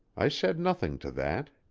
i said nothing to that.